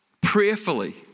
prayerfully